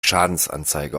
schadensanzeige